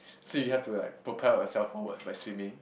so you have to like propel yourself forward by swimming